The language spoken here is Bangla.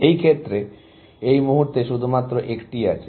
এই ক্ষেত্রে এই মুহূর্তে শুধুমাত্র একটি আছে